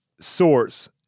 source